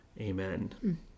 Amen